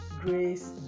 Grace